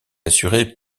assurée